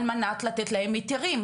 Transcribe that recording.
על מנת לתת להם היתרים.